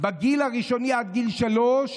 בגיל הראשוני עד גיל שלוש,